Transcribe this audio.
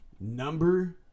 number